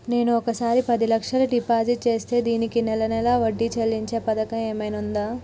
నేను ఒకేసారి పది లక్షలు డిపాజిట్ చేస్తా దీనికి నెల నెల వడ్డీ చెల్లించే పథకం ఏమైనుందా?